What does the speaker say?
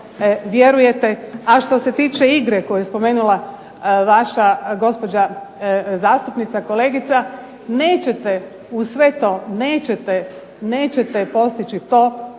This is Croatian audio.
vjerujete. A što se tiče igre koju je spomenula vaša gospođa zastupnica kolegica nećete uz sve to postići to